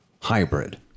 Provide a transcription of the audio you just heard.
hybrid